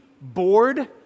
bored